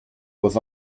was